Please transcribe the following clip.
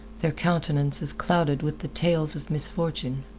their countenances clouded with the tales of misfortune.